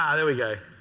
ah there we go.